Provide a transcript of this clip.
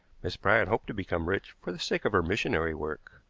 miss bryant hoped to become rich for the sake of her missionary work.